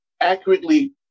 accurately